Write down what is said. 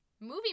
Movie